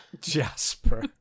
Jasper